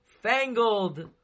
fangled